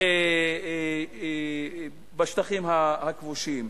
בשטחים הכבושים.